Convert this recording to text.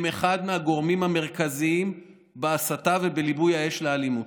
הם אחד הגורמים המרכזיים בהסתה ובליבוי האש לאלימות.